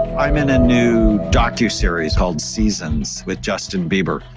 i'm in a new doctor series called seasons with justin bieber.